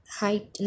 height